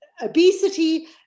obesity